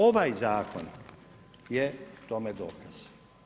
Ovaj zakon je tome dokaz.